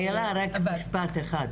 איילת רק משפט אחד,